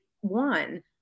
one